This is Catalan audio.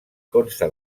consta